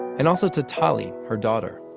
and also to tali, her daughter